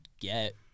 get